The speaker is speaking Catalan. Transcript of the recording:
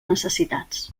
necessitats